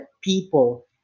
people